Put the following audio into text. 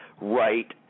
right